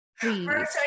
Please